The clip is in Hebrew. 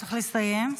צריך לסיים.